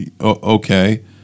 okay